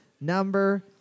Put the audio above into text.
number